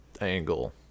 angle